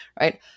right